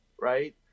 right